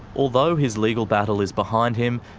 although his legal battle is behind him,